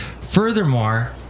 Furthermore